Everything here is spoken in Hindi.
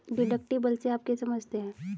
डिडक्टिबल से आप क्या समझते हैं?